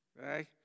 right